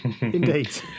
Indeed